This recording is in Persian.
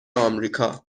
آمریکا